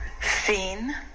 seen